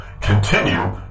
continue